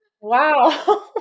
Wow